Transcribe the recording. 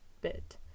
bit